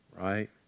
right